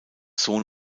sohn